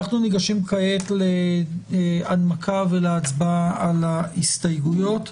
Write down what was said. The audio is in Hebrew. אנחנו ניגשים כעת להנמקה ולהצבעה על הסתייגויות.